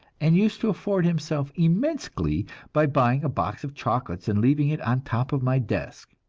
and used to afford himself immense glee by buying a box of chocolates and leaving it on top of my desk.